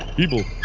people